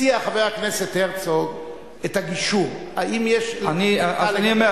הציע חבר הכנסת הרצוג את הגישור --- אני אומר